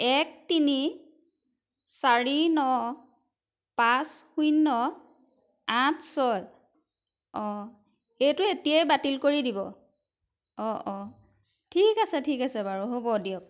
এক তিনি চাৰি ন পাঁচ শূন্য আঠ ছয় অঁ এইটো এতিয়াই বাতিল কৰি দিব অঁ অঁ ঠিক আছে ঠিক আছে বাৰু হ'ব দিয়ক